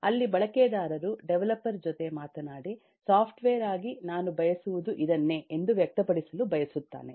ಅಲ್ಲಿ ಬಳಕೆದಾರರು ಡೆವಲಪರ್ ಜೊತೆ ಮಾತನಾಡಿ ಸಾಫ್ಟ್ವೇರ್ ಆಗಿ ನಾನು ಬಯಸುವುದು ಇದನ್ನೇ ಎಂದು ವ್ಯಕ್ತಪಡಿಸಲು ಬಯಸುತ್ತಾನೆ